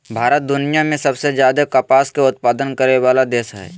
भारत दुनिया में सबसे ज्यादे कपास के उत्पादन करय वला देश हइ